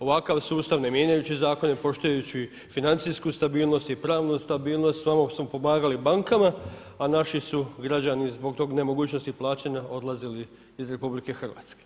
Ovakav sustav ne mijenjajući zakone, poštujući financijsku stabilnost i pravnu stabilnost samo smo pomagali bankama, a naši su građani zbog te nemogućnosti plaćanja odlazili iz RH.